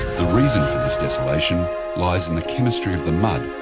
the reason for this desolation lies in the chemistry of the mud,